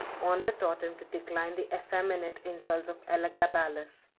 honor taught him to decline the effeminate insults of elagabalus.